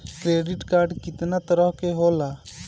Credit card कितना तरह के होला?